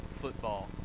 football